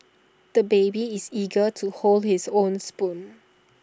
the baby is eager to hold his own spoon